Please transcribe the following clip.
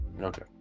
Okay